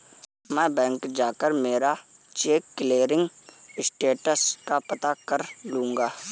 मैं बैंक जाकर मेरा चेक क्लियरिंग स्टेटस का पता कर लूँगा